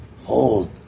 hold